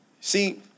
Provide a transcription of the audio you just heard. See